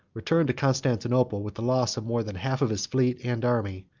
returned to constantinople with the loss of more than half of his fleet and army,